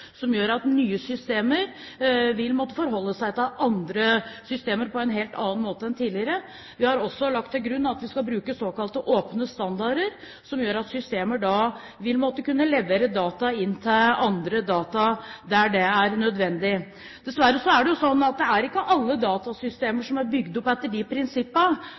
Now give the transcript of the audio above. som gjør at nye systemer vil måtte forholde seg til andre systemer på en helt annen måte enn tidligere. Vi har også lagt til grunn at vi skal bruke såkalte åpne standarder, som gjør at systemer vil måtte kunne levere data inn til andre data der det er nødvendig. Dessverre er det jo sånn at ikke alle datasystemer er bygd opp etter disse prinsipper.